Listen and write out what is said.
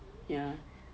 ya